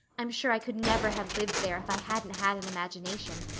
i'm sure i could never have lived there if i hadn't had an imagination.